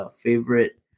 favorite